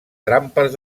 trampes